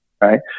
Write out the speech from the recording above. right